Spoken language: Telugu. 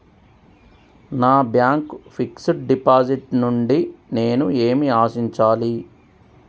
నా బ్యాంక్ ఫిక్స్ డ్ డిపాజిట్ నుండి నేను ఏమి ఆశించాలి?